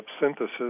synthesis